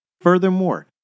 Furthermore